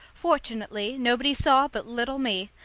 fortunately, nobody saw but little me!